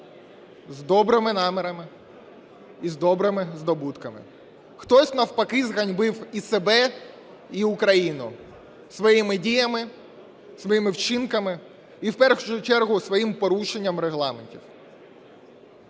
з добрими намірами і з добрими здобутками, хтось навпаки зганьбив і себе, і Україну своїми діями, своїми вчинками і в першу чергу своїм порушенням Регламенту.